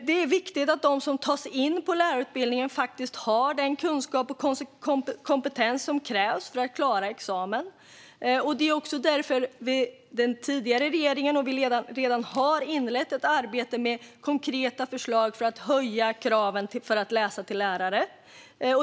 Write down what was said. Det är viktigt att de som tas in på lärarutbildningen faktiskt har den kunskap och kompetens som krävs för att klara examen, och det var också därför som den tidigare regeringen inledde ett arbete med konkreta förslag för att höja kraven för att läsa till lärare.